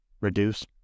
reduce